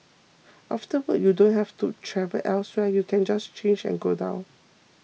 after work you don't have to travel elsewhere you can just change and go down